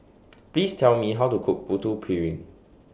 Please Tell Me How to Cook Putu Piring